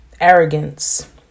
arrogance